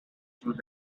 through